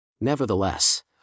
Nevertheless